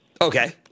Okay